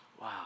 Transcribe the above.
Wow